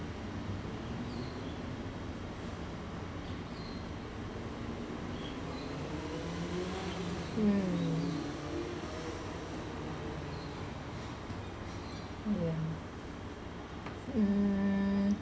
mm mm mm